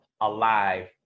alive